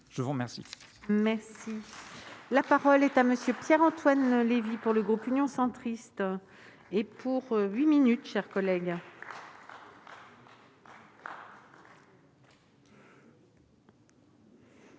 Je vous remercie